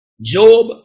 Job